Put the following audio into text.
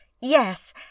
yes